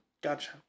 Gotcha